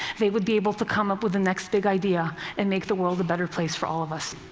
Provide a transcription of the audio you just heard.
they would be able to come up with the next big idea and make the world a better place for all of us.